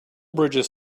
bridges